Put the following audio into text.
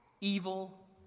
evil